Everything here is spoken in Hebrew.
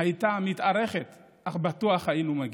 הייתה מתארכת, אך בטוח היינו מגיעים.